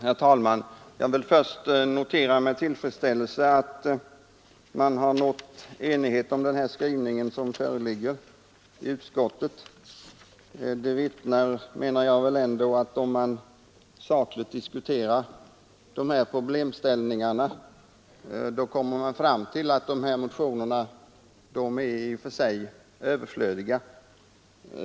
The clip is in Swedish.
Herr talman! Jag vill först med tillfredsställelse notera att man har nått enighet i utskottet om den skrivning som föreligger. Det vittnar om att därest man sakligt diskuterar dessa problemställningar kommer man fram till att motionerna i och för sig är överflödiga.